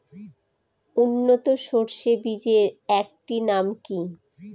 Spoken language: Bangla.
উন্নত সরষে বীজের একটি নাম কি?